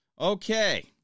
Okay